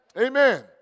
Amen